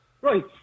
Right